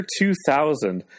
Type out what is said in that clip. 2000